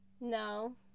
No